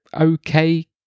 okay